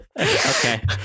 Okay